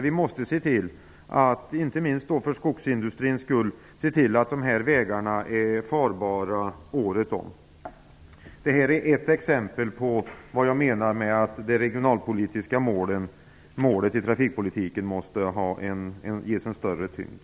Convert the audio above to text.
Vi måste inte minst för skogsindustrins skull se till att dessa vägar är farbara året om. Detta är ett exempel på vad jag menar med att det regionalpolitiska målet i trafikpolitiken måste ges en större tyngd.